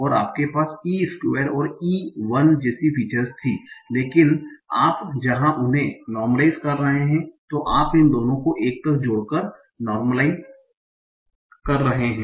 और आपके पास e स्क्वायर और e 1 जैसी फीचर्स थीं लेकिन आप जहां उन्हें नार्मलाइस कर रहे हैं तो आप इन दोनों को 1 तक जोड़कर नार्मलाइस कर रहे हैं